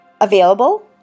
available